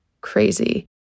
crazy